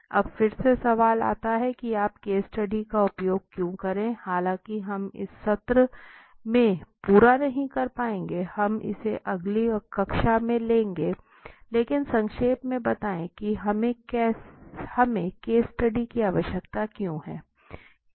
अब फिर से सवाल आता है कि आप केस स्टडी का उपयोग क्यों करें हालांकि हम इस सत्र में पूरा नहीं कर पाएंगे हम इसे अगली कक्षा में ले जाएंगे लेकिन संक्षेप में बताएं कि हमें केस स्टडी की आवश्यकता क्यों है